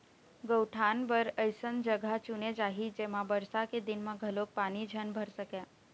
गउठान बर अइसन जघा चुने जाही जेमा बरसा के दिन म घलोक पानी झन भर सकय